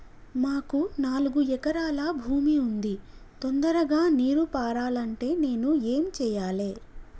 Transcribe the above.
మాకు నాలుగు ఎకరాల భూమి ఉంది, తొందరగా నీరు పారాలంటే నేను ఏం చెయ్యాలే?